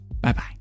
bye-bye